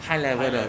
high level 的